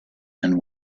and